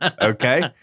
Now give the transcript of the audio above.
Okay